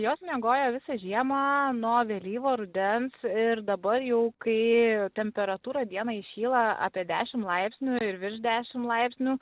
jos miegojo visą žiemą nuo vėlyvo rudens ir dabar jau kai temperatūra dieną įšyla apie dešim laipsnių ir virš dešim laipsnių